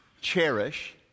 cherish